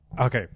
Okay